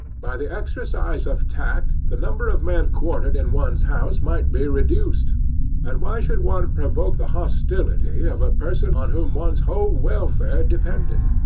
by the exercise of tact the number of men quartered in one's house might be reduced and why should one provoke the hostility of a person on whom one's whole welfare depended?